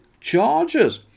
charges